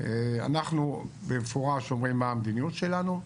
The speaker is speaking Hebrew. אנחנו במפורש אומרים מה המדיניות שלנו,